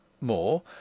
more